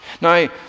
Now